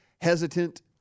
hesitant